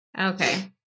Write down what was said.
okay